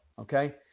Okay